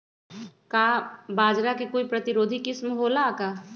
का बाजरा के कोई प्रतिरोधी किस्म हो ला का?